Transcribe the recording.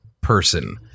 person